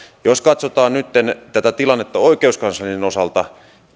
jos katsotaan nytten tätä tilannetta oikeuskanslerin osalta